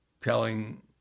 telling